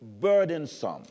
burdensome